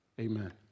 amen